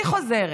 אני חוזרת: